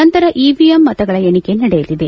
ನಂತರ ಇವಿಎಂ ಮತಗಳ ಎಣಿಕೆ ನಡೆಯಲಿದೆ